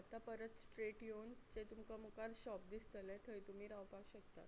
आतां परत स्ट्रेट येवन जे तुमकां मुखार शॉप दिसतले थंय तुमी रावपाक शकतात